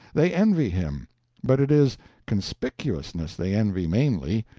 they envy him but it is conspicuousness they envy mainly,